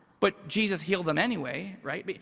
but jesus healed them anyway, right? but